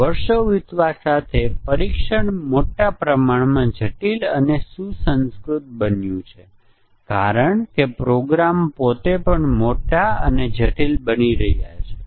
અત્યાર સુધી આપણે યુનિટ ટેસ્ટીંગ જોઈ રહ્યા છીએ બંને બ્લેક બોક્સ અને વ્હાઈટ બોક્સ ટેસ્ટીંગ જ્યાં આપણે પ્રોગ્રામ યુનિટનું ટેસ્ટીંગ કરીએ છીએ